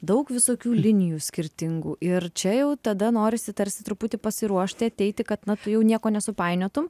daug visokių linijų skirtingų ir čia jau tada norisi tarsi truputį pasiruošti ateiti kad na tu jau nieko nesupainiotum